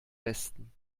besten